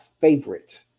favorite